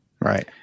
Right